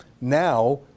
Now